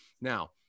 now